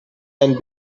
and